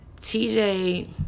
TJ